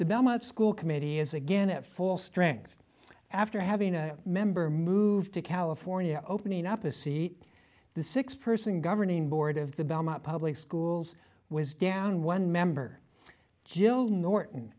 the belmont school committee is again at full strength after having a member move to california opening up the seat the six person governing board of the belmont public schools was down one member joe norton